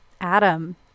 adam